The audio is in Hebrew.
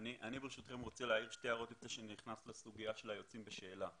אני רוצה להעיר שתי הערות לפני שאני נכנס לסוגיה של היוצאים בשאלה.